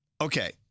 Okay